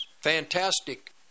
fantastic